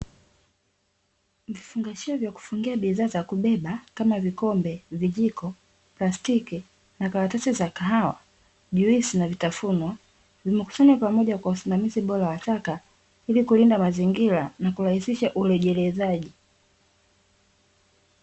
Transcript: Vifungashio vya kufungia bidhaa za kubeba, kama vile: vikombe, vijiko, plastiki na karatasi za kahawa, juisi na vitafunwa. Vimekusanywa pamoja kwa usimamizi bora wa taka, ili kulinda mazingira na kurahisisha urejelezaji.